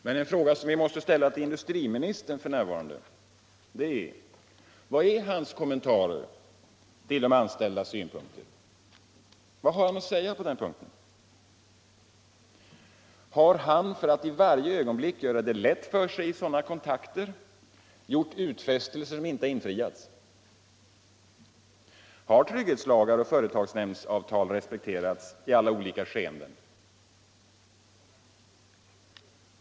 Men en fråga som vi måste ställa till industriministern är följande: Vad är hans kommentarer till de anställdas synpunkter? Vad har han att säga på den här punkten? Har han - för att i varje ögonblick göra det lätt för sig i sådana här kontakter — lämnat utfästelser som inte infriats? Har trygghetslagar och företagsnämndsavtal respekterats i alla olika skeenden?